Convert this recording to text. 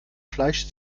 fleisch